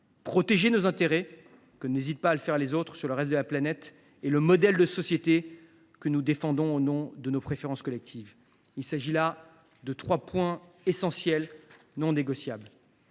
protéger nos intérêts, comme les autres n’hésitent pas à le faire sur le reste de la planète, et le modèle de société que nous défendons au nom de nos préférences collectives. Il s’agit là de trois points essentiels, non négociables